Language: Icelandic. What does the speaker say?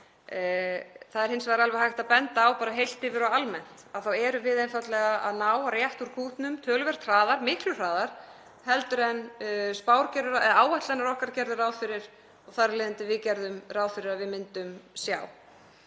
Það er alveg hægt að benda á bara heilt yfir og almennt að við erum einfaldlega að ná að rétta úr kútnum töluvert hraðar og miklu hraðar en áætlanir okkar gerðu ráð fyrir og þar af leiðandi að við gerðum ráð fyrir að við myndum sjá.